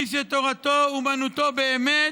מי שתורתו אומנותו באמת,